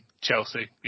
Chelsea